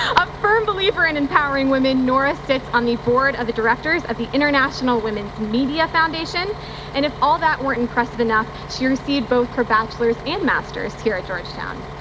a firm believer in empowering women, nora sits on the board of the directors of the international women's media foundation and if that weren't impressive enough, she receives both her bachelors and masters here at georgetown.